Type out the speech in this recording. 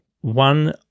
one